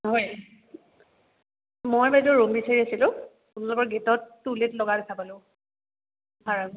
হয় মই বাইদেউ ৰুম বিচাৰি আছিলোঁ আপোনালোকৰ গেটত টু লেট লগা দেখা পালোঁ